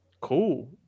cool